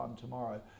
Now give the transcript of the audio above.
tomorrow